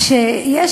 כשיש,